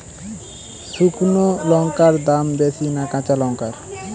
শুক্নো লঙ্কার দাম বেশি না কাঁচা লঙ্কার?